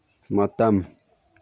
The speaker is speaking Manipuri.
ꯃꯇꯝ